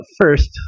first